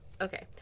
Okay